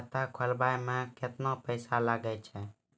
खाता खोलबाबय मे केतना पैसा लगे छै?